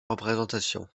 représentation